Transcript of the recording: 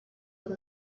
with